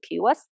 keywords